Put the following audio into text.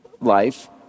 life